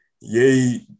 yay